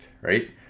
right